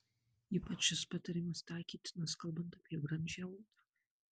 ypač šis patarimas taikytinas kalbant apie brandžią odą